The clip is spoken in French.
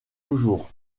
toujours